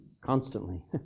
constantly